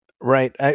Right